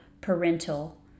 parental